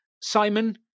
simon